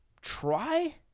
try